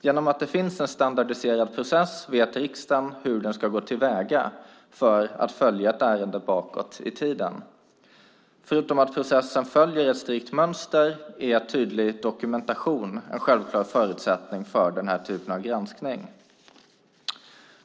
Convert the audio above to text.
Genom att det finns en standardiserad process vet riksdagen hur den ska gå till väga för att följa ett ärende bakåt i tiden. Förutom att processen följer ett strikt mönster är tydlig dokumentation en självklar förutsättning för den här typen av granskning.